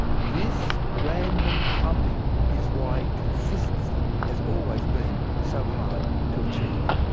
this random clumping is why consistency has always been so hard to achieve.